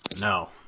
No